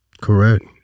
Correct